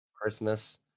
Christmas